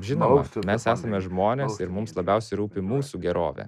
žinoma mes esame žmonės ir mums labiausiai rūpi mūsų gerovė